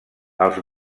els